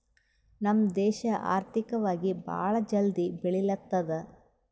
ನಮ್ ದೇಶ ಆರ್ಥಿಕವಾಗಿ ಭಾಳ ಜಲ್ದಿ ಬೆಳಿಲತ್ತದ್